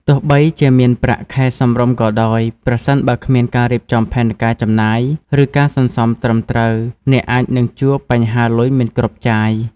ទោះបីជាមានប្រាក់ខែសមរម្យក៏ដោយ ប្រសិនបើគ្មានការរៀបចំផែនការចំណាយ ឬការសន្សំត្រឹមត្រូវ អ្នកអាចនឹងជួបបញ្ហាលុយមិនគ្រប់ចាយ។